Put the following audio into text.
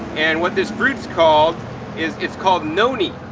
and what this fruit's called is it's called noni.